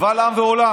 קבל עם ועולם,